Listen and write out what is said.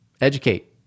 Educate